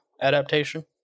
adaptation